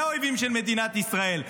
אלו האויבים של מדינת ישראל.